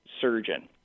surgeon